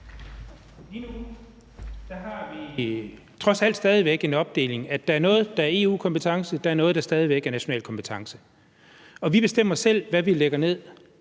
Lige nu har vi trods alt stadig væk en opdeling: Der er noget, der er EU-kompetence, og der er noget, der stadig væk er national kompetence. Og vi bestemmer selv, hvad vi lægger over